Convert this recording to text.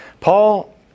Paul